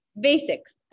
basics